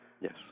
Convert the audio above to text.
Yes